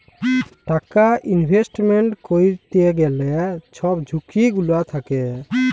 টাকা ইলভেস্টমেল্ট ক্যইরতে গ্যালে ছব ঝুঁকি গুলা থ্যাকে